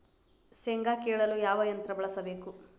ಶೇಂಗಾ ಕೇಳಲು ಯಾವ ಯಂತ್ರ ಬಳಸಬೇಕು?